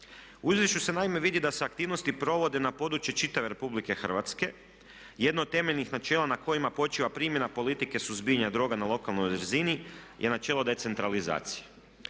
U izvješću se naime vidi da se aktivnosti provode na području čitave Republike Hrvatske. Jedno od temeljnih načela na kojima počiva primjena politike suzbijanja droga na lokalnoj razini je načelo decentralizacije.